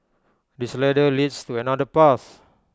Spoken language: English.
this ladder leads to another path